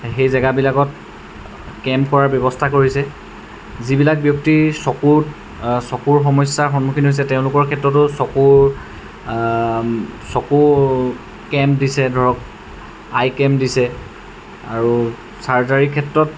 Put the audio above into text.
সেই জেগাবিলাকত কেম্প কৰাৰ ব্যৱস্থা কৰিছে যিবিলাক ব্যক্তিৰ চকুত চকুৰ সমস্যাৰ সন্মুখীন হৈছে তেওঁলোকৰ ক্ষেত্ৰতো চকুৰ চকু কেম্প দিছে ধৰক আই কেম্প দিছে আৰু চাৰ্জাৰীৰ ক্ষেত্ৰত